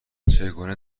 چگونه